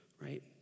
right